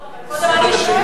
לא, אבל קודם אני שואלת.